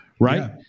Right